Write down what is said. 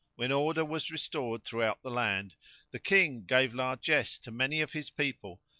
when order was restored throughout the land the king gave largesse to many of his people,